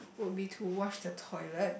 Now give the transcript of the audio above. would be to wash the toilet